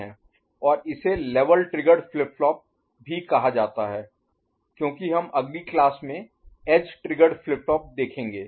और इसे level triggered flip flop भी कहा जाता है क्योंकि हम अगली क्लास में एज ट्रिगर्ड फ्लिप फ्लॉप देखेंगे